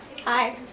Hi